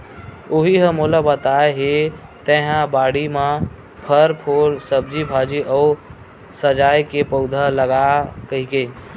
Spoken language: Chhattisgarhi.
उहीं ह मोला बताय हे तेंहा बाड़ी म फर, फूल, सब्जी भाजी अउ सजाय के पउधा लगा कहिके